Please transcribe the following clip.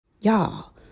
Y'all